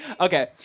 Okay